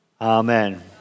Amen